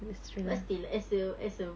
but still as a as a